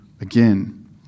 again